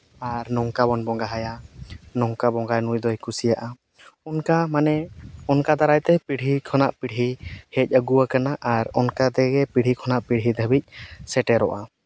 ᱟᱨ ᱱᱚᱝᱠᱟ ᱵᱚᱱ ᱵᱚᱸᱜᱟᱣᱟᱭᱟ ᱱᱚᱝᱠᱟ ᱵᱚᱸᱜᱟ ᱱᱩᱭᱫᱚᱭ ᱠᱩᱥᱤᱭᱟᱜᱼᱟ ᱚᱱᱠᱟ ᱢᱟᱱᱮ ᱚᱱᱠᱟ ᱫᱟᱨᱟᱭᱛᱮ ᱯᱤᱲᱦᱤ ᱠᱷᱚᱱᱟᱜ ᱯᱤᱲᱦᱤ ᱦᱮᱡ ᱟᱹᱜᱩ ᱟᱠᱟᱱᱟ ᱟᱨ ᱚᱱᱠᱟ ᱛᱮᱜᱮ ᱯᱤᱲᱦᱤ ᱠᱷᱚᱱᱟᱜ ᱯᱤᱲᱦᱤ ᱫᱷᱟᱹᱵᱤᱡ ᱥᱮᱴᱮᱨᱚᱜᱼᱟ